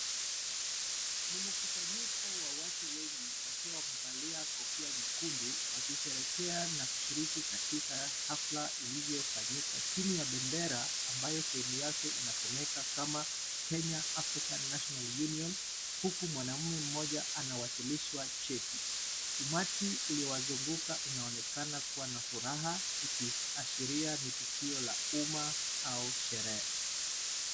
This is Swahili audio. Ni mkusanyiko wa watu wengi wakiwa wamevalia kofia nyekundu wakisherekea na kushiriki katika hafula ilivyofanyika chini ya bendera ambayo sehemu yake inasomeka kama Kenya Africa National Union, huku mwanaume mmoja anawasilishwa cheti. Umati uliowazunguka unaonekana kuwa na furaha, ikiashiria ni tukio la umma au sherehe.